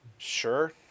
Sure